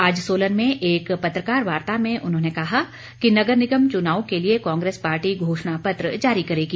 आज सोलन में एक पत्रकार वार्ता में उन्होंने कहा कि नगर निगम चुनाव के लिए कांग्रेस पार्टी घोषणा पत्र जारी करेगी